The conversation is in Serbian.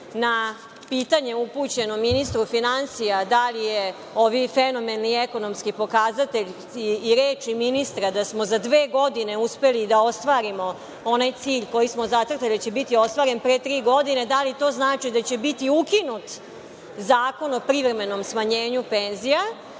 na pitanje upućeno ministru finansija, da li je ovaj fenomen i ekonomski pokazatelj i reči ministra da smo za dve godine uspeli da ostvarimo onaj cilj koji smo zacrtali da će biti ostvaren pre tri godine. Da li to znači da će biti ukinut Zakon o privremenom smanjenju